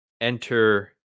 enter